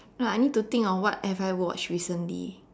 no I need to think of what have I watched recently